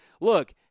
Look